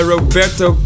Roberto